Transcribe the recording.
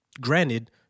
Granted